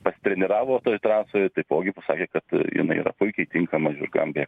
pasitreniravo toj trasoj taipogi pasakė kad jinai yra puikiai tinkama žirgam bėgt